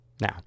Now